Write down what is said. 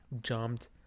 jumped